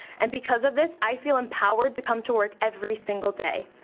and because of this i feel empowered to come to work every single day.